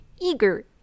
eager